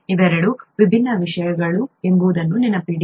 ಇವೆರಡೂ ವಿಭಿನ್ನ ವಿಷಯಗಳು ಎಂಬುದನ್ನು ನೆನಪಿಡಿ